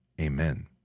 amen